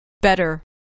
Better